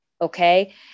Okay